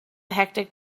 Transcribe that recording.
hectic